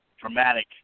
dramatic